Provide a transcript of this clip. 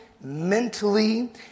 mentally